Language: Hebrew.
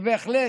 בהחלט,